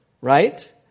right